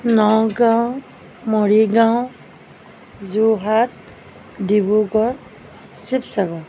Nagaon Morigaon Jorhat Dibrugarh Sivasagar